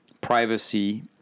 privacy